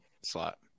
slot